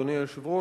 אדוני היושב-ראש,